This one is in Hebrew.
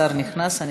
השר נכנס.